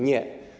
Nie.